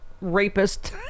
rapist